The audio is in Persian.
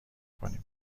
کنین